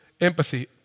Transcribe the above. empathy